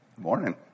morning